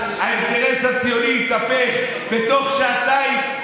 האינטרס הציוני התהפך בתוך שעתיים,